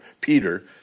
Peter